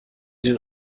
den